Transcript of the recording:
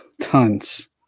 tons